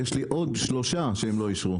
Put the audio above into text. יש לי עוד שלושה שהם לא אישרו.